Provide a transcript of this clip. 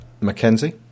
Mackenzie